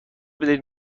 بدهید